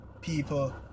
people